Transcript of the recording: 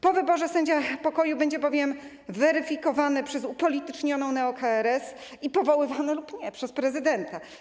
Po wyborze sędzia pokoju będzie bowiem weryfikowany przez upolitycznioną neo-KRS i powoływany lub nie przez prezydenta.